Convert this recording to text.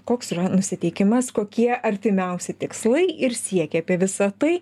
koks yra nusiteikimas kokie artimiausi tikslai ir siekiai apie visa tai